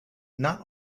not